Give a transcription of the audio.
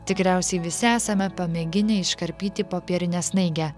tikriausiai visi esame pamėginę iškarpyti popierinę snaigę